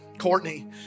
Courtney